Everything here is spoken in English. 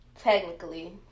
technically